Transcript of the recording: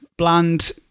Bland